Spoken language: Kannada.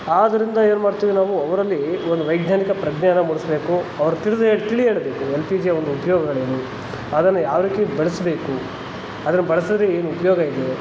ಆದ್ದರಿಂದ ಏನ್ಮಾಡ್ತೀವಿ ನಾವು ಅವರಲ್ಲಿ ಒಂದು ವೈಜಾನಿಕ ಪ್ರಜ್ಞೆಯನ್ನು ಮೂಡಿಸ್ಬೇಕು ಅವ್ರು ತಿಳ್ದೇಳಿ ತಿಳಿ ಹೇಳಬೇಕು ಎಲ್ ಪಿ ಜಿಯ ಒಂದು ಉಪಯೋಗಗಳೇನು ಅದನ್ನ ಯಾವರೀತಿ ಬಳಸಬೇಕು ಅದನ್ನ ಬಳ್ಸಿದ್ರೆ ಏನು ಉಪಯೋಗ ಇದೆ